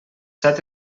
set